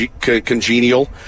congenial